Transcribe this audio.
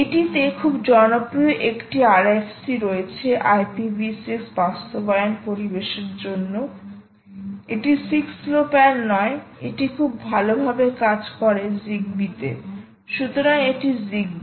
এটিতে খুব জনপ্রিয় একটি RFC রয়েছে IPv6 বাস্তবায়ন পরিবেশের জন্য এটি 6 লো প্যান নয় এটি খুব ভালভাবে কাজ করে জিগবিতে সুতরাং এটি জিগবি